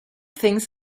things